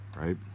right